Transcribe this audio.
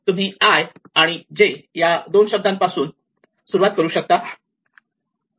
तुम्ही i आणि j या दोन शब्दासह सुरूवात करू शकता